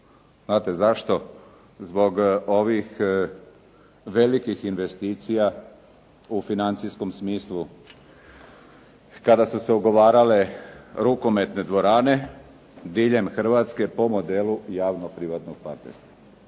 Znate zašto? Zbog ovih velikih investicija u financijskom smislu, kada su se ugovarale rukometne dvorane diljem Hrvatske po modelu javnog privatnog partnerstva.